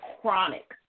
chronic